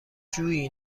جویی